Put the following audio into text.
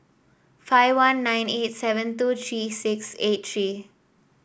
five one nine eight seven two three six eight three